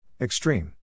Extreme